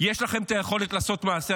יש לכם את היכולת לעשות מעשה.